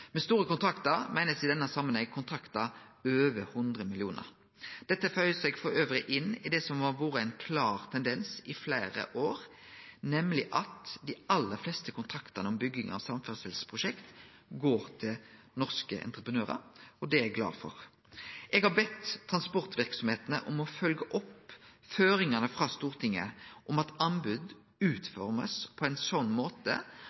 Med store kontraktar meiner ein i denne samanhengen kontraktar over 100 mill. kr. Dette føyer seg elles inn i det som har vore ein klar tendens i fleire år, nemleg at dei aller fleste kontraktane om bygging av samferdselsprosjekt går til norske entreprenørar, og det er eg glad for. Eg har bedt transportverksemdene om å følgje opp føringane frå Stortinget om at anbod blir utforma på ein slik måte